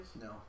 No